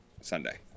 Sunday